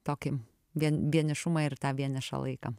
tokį vien vienišumą ir tą vienišą laiką